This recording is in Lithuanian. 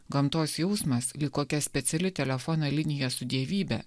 gamtos jausmas lyg kokia speciali telefono linija su dievybe